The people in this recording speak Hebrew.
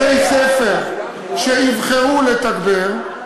בתי-ספר שיבחרו לתגבר,